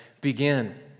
begin